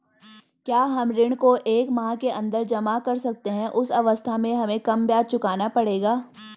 क्या हम ऋण को एक माह के अन्दर जमा कर सकते हैं उस अवस्था में हमें कम ब्याज चुकाना पड़ेगा?